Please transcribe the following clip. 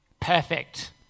Perfect